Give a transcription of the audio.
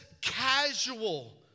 casual